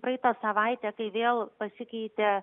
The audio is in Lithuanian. praeitą savaitę kai vėl pasikeitė